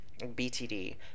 BTD